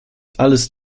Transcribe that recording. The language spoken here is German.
alles